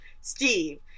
Steve